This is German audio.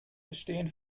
bestehen